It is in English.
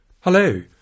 Hello